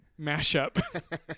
mashup